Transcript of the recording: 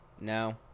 No